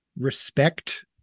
respect